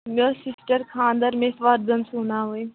مےٚ اوس سِسٹَرِ خانٛدَر مےٚ ٲسۍ وَردَن سُوناوٕنۍ